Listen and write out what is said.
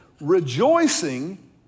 rejoicing